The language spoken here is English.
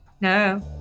no